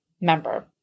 member